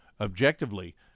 objectively